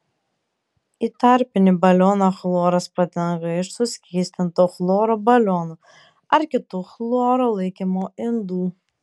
į tarpinį balioną chloras patenka iš suskystinto chloro balionų ar kitų chloro laikymo indų